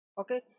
okay